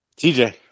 TJ